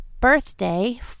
birthday